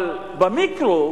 אבל במיקרו,